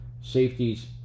safeties